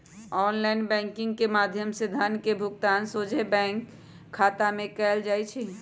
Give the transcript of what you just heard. online banking के माध्यम से धन के भुगतान सोझे बैंक खता में कएल जाइ छइ